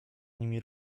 nimi